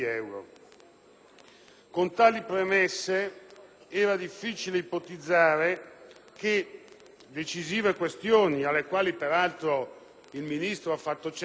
in bilancio, era difficile ipotizzare che decisive questioni ‑ alle quali peraltro il Ministro ha fatto cenno